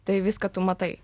tai viską tu matai